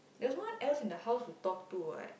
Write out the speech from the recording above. there's no one else in the house to talk to what